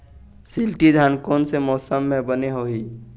शिल्टी धान कोन से मौसम मे बने होही?